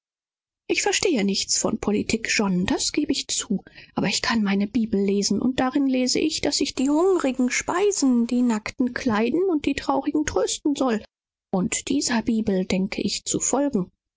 ich verstehe nichts von politik aber ich kann meine bibel lesen und die sagt mir daß ich hungrige speisen nackte kleiden und die bekümmerten herzens sind trösten soll und meiner bibel bin ich zu folgen